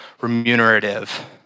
remunerative